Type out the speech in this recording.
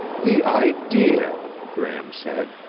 the idea, gram said.